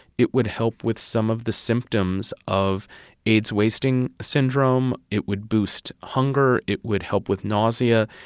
it would help with some of the symptoms of aids wasting syndrome. it would boost hunger. it would help with nausea.